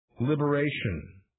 liberation